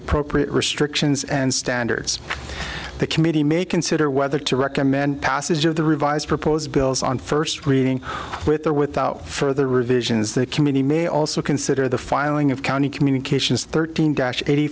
appropriate restrictions and standards the committee may consider whether to recommend passage of the revised proposed bills on first reading with or without further revisions the committee may also consider the filing of county communications thirteen dash eighty